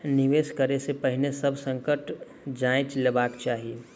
निवेश करै से पहिने सभ संकट जांइच लेबाक चाही